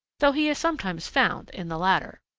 though he is sometimes found in the latter.